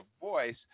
voice